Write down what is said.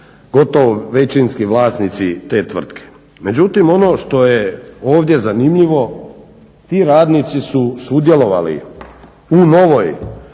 gotovo većinski vlasnici te tvrtke. Međutim ono što je ovdje zanimljivo, ti radnici su sudjelovali u novoj